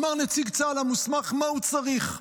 אמר נציג צה"ל המוסמך מה הוא צריך,